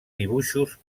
dibuixos